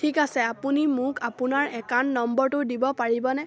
ঠিক আছে আপুনি মোক আপোনাৰ একাউণ্ট নম্বৰটো দিব পাৰিবনে